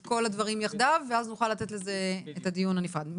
את כל הדברים יחדיו ואז נוכל לתת לזה את הדיון הנפרד.